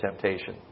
temptation